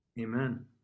amen